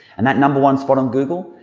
and that number one spot on google,